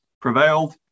prevailed